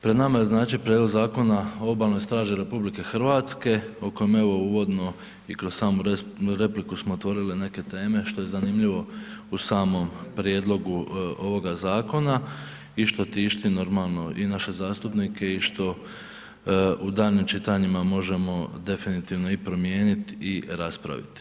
Pred nama je znači Prijedlog zakona o Obalnoj straži RH o kojemu evo uvodno i kroz samu repliku smo otvorili neke teme što je zanimljivo u samom prijedlogu ovog zakona i što tišti normalno i naše zastupnike i što u daljnjim čitanjima možemo definitivno i promijeniti i raspraviti.